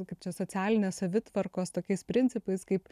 kaip čia socialinės savitvarkos tokiais principais kaip